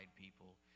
people